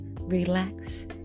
relax